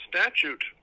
statute